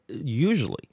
usually